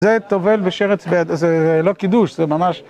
זה תובל בשרץ, זה לא קידוש, זה ממש...